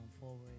forward